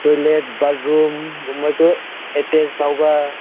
toilet ꯕꯥꯔꯠꯔꯨꯝꯒꯨꯝꯕꯗꯨ ꯑꯦꯇꯦꯁ ꯇꯧꯕ